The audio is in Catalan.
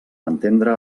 entendre